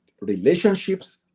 relationships